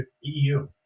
EU